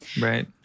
Right